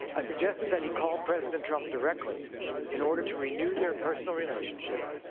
i suggested that he call president trump directly in order to renew their personal relationship,